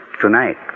tonight